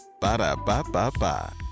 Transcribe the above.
Ba-da-ba-ba-ba